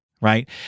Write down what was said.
right